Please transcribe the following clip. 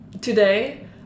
Today